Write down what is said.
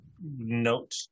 note